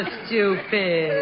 stupid